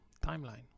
timeline